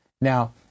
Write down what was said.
Now